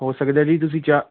ਹੋ ਸਕਦਾ ਜੀ ਤੁਸੀਂ ਚਾਹ